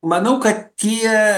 manau kad tie